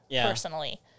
personally